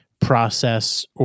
process